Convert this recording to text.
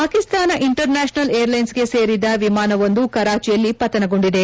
Pakistan international ಏರ್ಲೈನ್ಸ್ಗೆ ಸೇರಿದ ವಿಮಾನವೊಂದು ಕರಾಚಿಯಲ್ಲಿ ಪತನಗೊಂಡಿದೆ